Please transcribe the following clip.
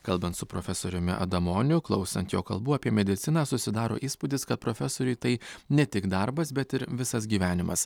kalbant su profesoriumi adamoniu klausant jo kalbų apie mediciną susidaro įspūdis kad profesoriui tai ne tik darbas bet ir visas gyvenimas